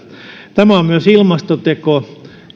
tämä on myös ilmastoteko